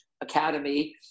academy